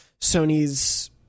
Sony's